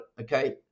okay